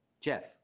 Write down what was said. Jeff